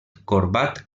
corbat